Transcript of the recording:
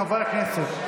חברי הכנסת,